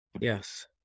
Yes